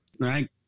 Right